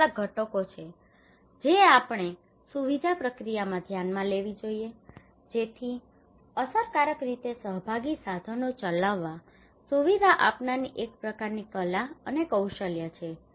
આ કેટલાક ઘટકો છે જે આપણે સુવિધા પ્રક્રિયામાં ધ્યાનમાં લેવી જોઈએ જેથી અસરકારક રીતે સહભાગી સાધનો ચલાવવા માટે સુવિધા આપનારની એક પ્રકારની કલા અને કૌશલ્ય છે